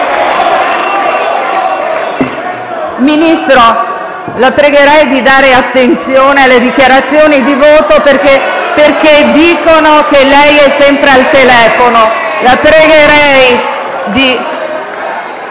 Ministro, la pregherei di fare attenzione alle dichiarazioni di voto. Molti senatori stanno dicendo che lei è sempre al telefono. La pregherei di